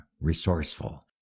resourceful